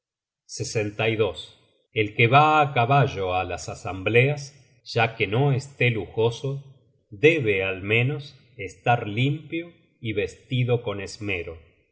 corazon del árbol el que va á caballo á las asambleas ya que no esté lujoso debe al menos estar limpio y vestido con esmero